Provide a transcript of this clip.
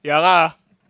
ya lah